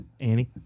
Annie